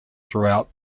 throughout